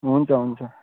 हुन्छ हुन्छ